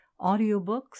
audiobooks